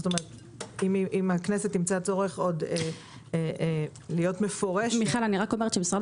אם הכנסת תמצא צורך להיות מפורשת --- משרד